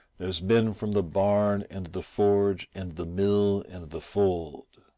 there's men from the barn and the forge and the mill and the fold,